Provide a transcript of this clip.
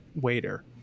waiter